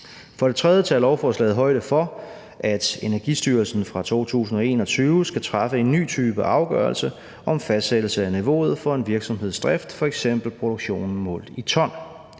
For det tredje tager lovforslaget højde for, at Energistyrelsen fra 2021 skal træffe en ny type afgørelse om fastsættelse af niveauet for en virksomheds drift, f.eks. produktionen målt i ton.